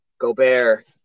Gobert